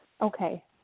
Okay